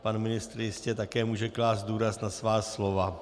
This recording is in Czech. Pan ministr jistě také může klást důraz na svá slova.